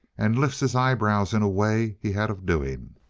and lifts his eyebrows in a way he had of doing.